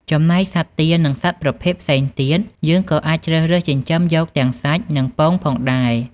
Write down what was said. ចំណែកសត្វទា និងសត្វប្រភេទផ្សេងទៀតយើងក៏អាចជ្រើសរើសចិញ្ចឹមយកទាំងសាច់ និងពងផងដែរ។